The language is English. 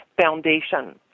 Foundation